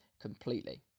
completely